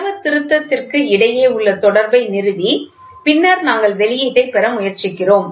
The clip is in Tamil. அளவு திருத்தத்திற்கு இடையே உள்ள தொடர்பை நிறுவி பின்னர் நாங்கள் வெளியீட்டைப் பெற முயற்சிக்கிறோம்